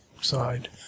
side